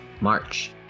march